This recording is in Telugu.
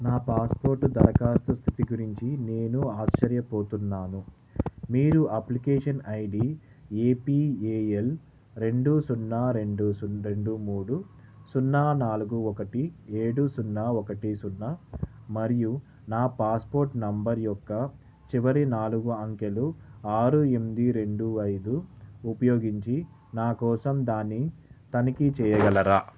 నా పాస్పోర్ట్ దరఖాస్తు స్థితి గురించి నేను ఆశ్చర్యపోతున్నాను మీరు application I D A P A L రెండు సున్నా రెండు రెండు మూడు సున్నా నాలుగు ఒకటి ఏడు సున్నా ఒకటి సున్నా మరియు నా పాస్పోర్ట్ నెంబర్ యొక్క చివరి నాలుగు అంకెలు ఆరు ఎనిమిది రెండు ఐదు ఉపయోగించి నా కోసం దానిని తనిఖీ చేయగలరా